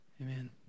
Amen